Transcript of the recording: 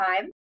time